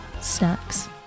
Snacks